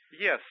Yes